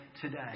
today